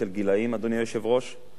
אדוני היושב-ראש: עד גיל 18,